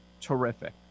terrific